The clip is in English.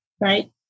right